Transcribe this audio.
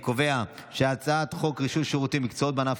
אני קובע שהצעת חוק רישוי שירותים ומקצועות בענף